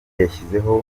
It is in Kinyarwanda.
yashyizeho